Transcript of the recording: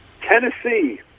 Tennessee